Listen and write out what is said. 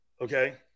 Okay